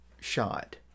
shot